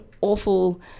awful